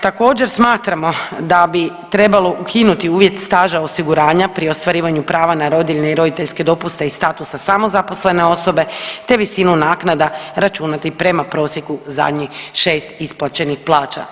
Također, smatramo da bi trebalo ukinuti uvjet staža osiguranja pri ostvarivanju prava na rodiljne i roditeljske dopuste iz statusa samozaposlene osobe te visinu naknada računati prema prosjeku zadnjih 6 isplaćenih plaća.